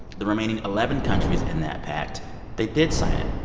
the remaining eleven countries in that pact they did sign it.